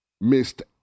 Missed